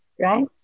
right